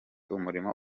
umurimo